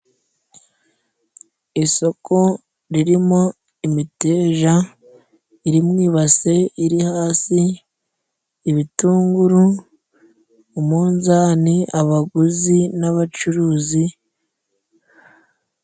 Isoko ririmo imiteja iri mu ibase iri hasi, ibitunguru, umunzani ,abaguzi n'abacuruzi.